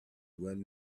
run